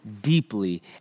deeply